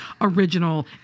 Original